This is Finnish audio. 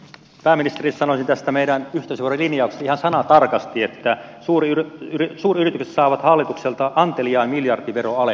pääministerille sanoisin tästä meidän yhteisöveron linjauksesta ihan sanatarkasti että suuryritykset saavat hallitukselta anteliaan miljardiveroalen